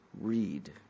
read